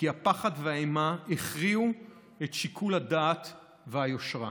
כי הפחד והאימה הכריעו את שיקול הדעת והיושרה.